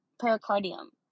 pericardium